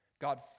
God